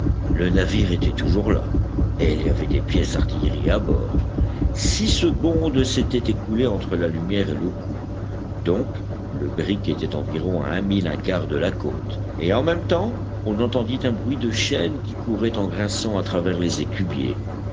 le navire était toujours là et il y avait des pièces d'artillerie à bord six secondes s'étaient écoulées entre la lumière et le coup donc le brick était environ à un mille un quart de la côte et en même temps on entendit un bruit de chaînes qui couraient en grinçant à travers les écubiers